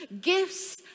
gifts